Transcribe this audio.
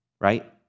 Right